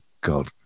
God